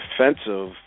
defensive